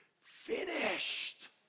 finished